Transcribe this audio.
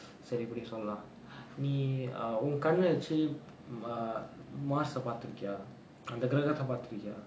சரி இப்டி சொல்லாம் நீ உன் கண்ண வெச்சு:sari ipdi sollaam nee un kanna vechu mars பாத்துறிக்கியா அந்த கிரகத்த பாத்துறிக்கியா:paathurikkiyaa antha kiragatha paathurikkiyaa